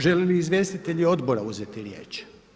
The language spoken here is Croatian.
Žele li izvjestitelji odbora uzeti riječ?